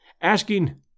asking